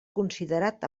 considerat